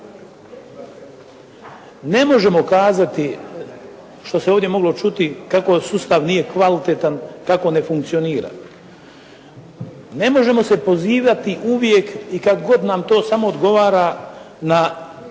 Ne možemo kazati što se ovdje moglo čuti, kako sustav nije kvalitetan, kako ne funkcionira. Ne možemo se pozivati uvijek i kad god nam to samo odgovara na,